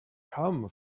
come